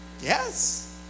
Yes